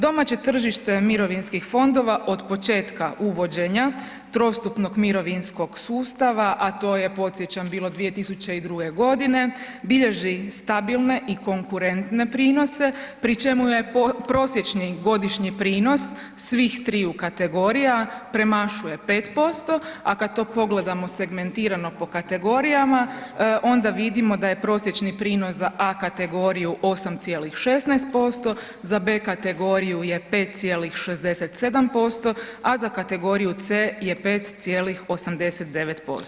Domaće tržište mirovinskih fondova od početka uvođenja trostupnog mirovinskog sustava, a to je podsjećam bilo 2002.g., bilježi stabilne i konkurentne prinose pri čemu je prosječni godišnji prinos svih triju kategorija premašuje 5%, a kad to pogledamo segmentirano po kategorijama onda vidimo da je prosječni prinos za A kategoriju 8,16%, za B kategoriju je 5,67%, a za kategoriju C je 5,89%